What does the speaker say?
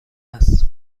است